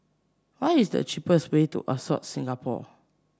what is the cheapest way to Ascott Singapore